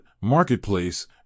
marketplace